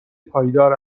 پایدار